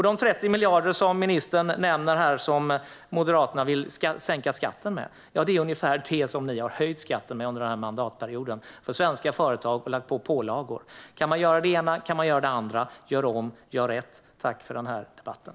De 30 miljarder som ministern nämner här som Moderaterna vill sänka skatten med är ungefär det som ni har höjt skatten med under den här mandatperioden för svenska företag och lagt på pålagor. Kan man göra det ena kan man göra det andra. Gör om och gör rätt! Tack för den här debatten!